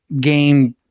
game